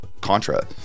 contra